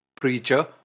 preacher